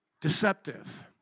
deceptive